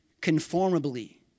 conformably